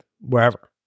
wherever